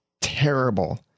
terrible